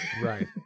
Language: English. right